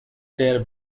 their